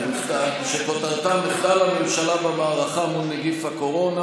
שכותרתה: מחדל הממשלה במערכה מול נגיף הקורונה.